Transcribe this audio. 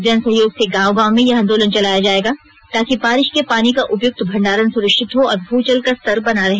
जनसहयोग से गांव गांव में यह आंदोलन चलाया जाएगा ताकि बारिश के पानी का उपयुक्त भंडारण सुनिश्चित हो और भूजल का स्तर बना रहे